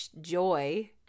Joy